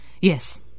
Yes